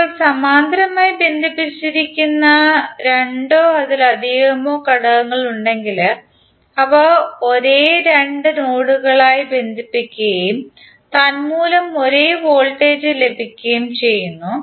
ഇപ്പോൾ സമാന്തരമായി ബന്ധിപ്പിച്ചിരിക്കുന്ന രണ്ടോ അതിലധികമോ ഘടകങ്ങൾ ഉണ്ടെങ്കിൽ അവ ഒരേ രണ്ട് നോഡുകളുമായി ബന്ധിപ്പിക്കുകയും തന്മൂലം ഒരേ വോൾട്ടേജ് ലഭിക്കുകയും ചെയ്യുന്നു